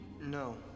No